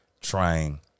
trying